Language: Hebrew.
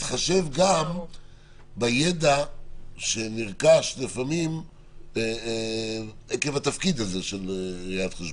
להתחשב גם בידע שנרכש לפעמים עקב התפקיד הזה של ראיית חשבון.